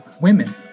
women